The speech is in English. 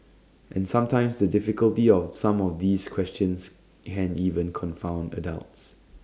and sometimes the difficulty of some of these questions can even confound adults